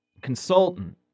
consultant